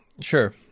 Sure